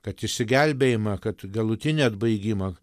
kad išsigelbėjimą kad galutinį atbaigimą